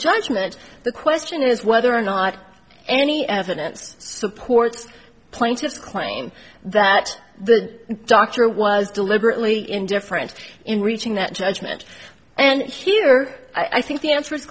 judgment the question is whether or not any evidence supports plaintiff's claim that the doctor was deliberately indifferent in reaching that judgment and here i think the answer